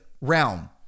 realm